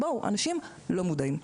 אנשים לא מודעים.